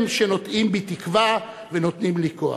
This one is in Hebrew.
הם שנוטעים בי תקווה ונותנים לי כוח.